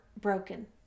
broken